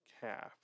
Calf